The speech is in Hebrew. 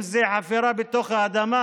אם זה חפירה בתוך האדמה?